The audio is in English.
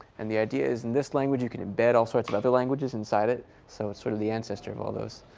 and the idea is in this language, you can embed all sorts of other languages inside it. so it's sort of the ancestor of all those.